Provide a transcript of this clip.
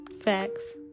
Facts